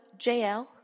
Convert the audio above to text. JL